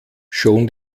schon